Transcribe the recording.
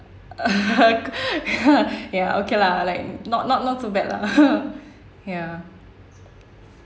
ya okay lah like not not not too bad lah ya